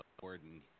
warden